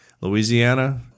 Louisiana